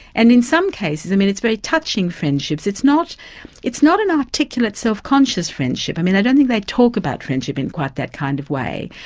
and in some cases, i mean it's very touching friendships it's not it's not an articulate self-conscious friendship, i mean i don't think they talk about friendship in quite that kind of way,